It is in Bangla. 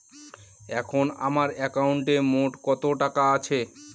এখন আমার একাউন্টে মোট কত টাকা আছে?